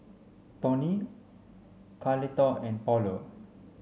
Tony Carlotta and Paulo